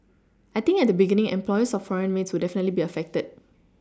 I think at the beginning employers of foreign maids will definitely be affected